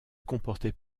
comportait